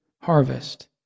harvest